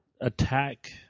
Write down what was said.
attack